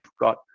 got